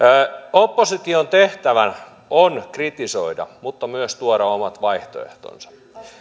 opposition tehtävä on kritisoida mutta myös tuoda omat vaihtoehtonsa